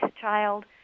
child